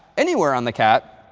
anywhere on the cat,